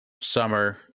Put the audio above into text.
summer